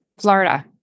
Florida